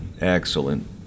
excellent